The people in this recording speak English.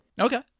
Okay